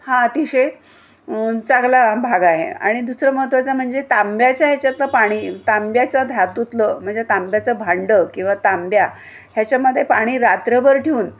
हा अतिशय चांगला भाग आहे आणि दुसरं महत्त्वाचा म्हणजे तांब्याच्या ह्याच्यात पाणी तांब्याचं धातुतलं म्हणजे तांब्याचं भांडं किंवा तांब्या ह्याच्यामध्ये पाणी रात्रभर ठेऊन